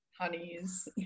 Honeys